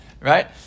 right